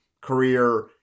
career